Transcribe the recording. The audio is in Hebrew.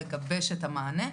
לגבש את המענה.